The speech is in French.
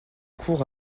court